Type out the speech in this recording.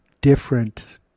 different